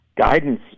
guidance